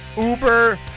Uber